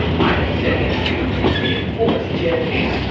i am sending you to reinforce jieting,